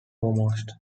foremost